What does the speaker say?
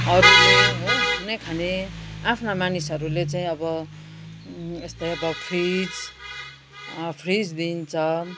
हरुले हो हुनेखाने आफ्ना मानिसहरूले चाहिँ अब यस्तै अब फ्रिज फ्रिज दिन्छ